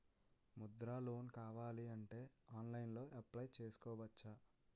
Mudra loan కావాలి అంటే ఆన్లైన్లో అప్లయ్ చేసుకోవచ్చా?